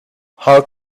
how